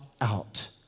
out